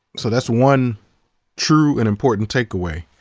so that's one true and important takeaway.